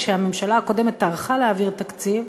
כשהממשלה הקודמת טרחה להעביר תקציב,